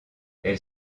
elle